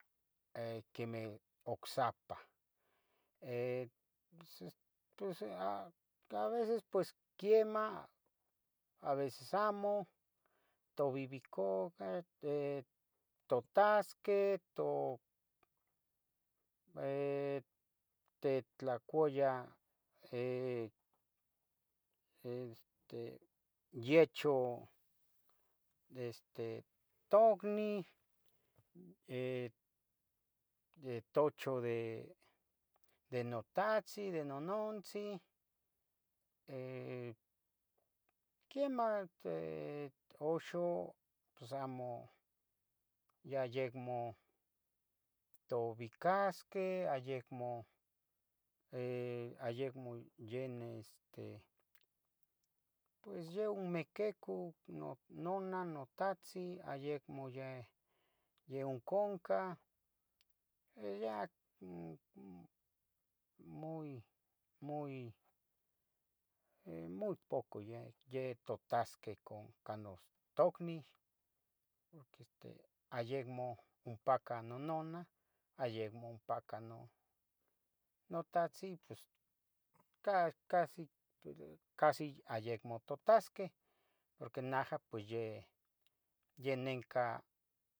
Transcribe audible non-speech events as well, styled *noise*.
eh quemeh ocsapah. *hesitation* *hesitation* ps, pos a veces quiemah, a veces amo, tovivico ah, eh, totasqueh, o eh, tetlacoyan eh, este yiecho de este tocniu, *hesitation* tocho de de notahtzin de nonontzin, eh, quiemah eh, te uxa pos amo yayec mo tobicasqueh ayecmo, eh ayecmo yen este, pues ya omiquico, nona notahtzin ayecmo yeh oconcah y ya nn muy, muy, *hesitation* muy poco yeh totasqueh cah ino tocniu ic este ayecmo ompacah nononah, ayecmo ompacah no notahtzin pos ca, casi, casi ayecmo totasqueh porque naha pues yeh- yeh nenca